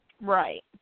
Right